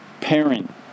parent